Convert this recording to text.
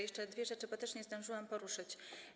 Jeszcze dwie rzeczy, bo też nie zdążyłam ich poruszyć.